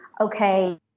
okay